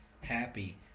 happy